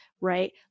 right